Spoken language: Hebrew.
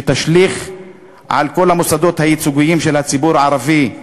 שתשליך על כל המוסדות הייצוגיים של הציבור הערבי,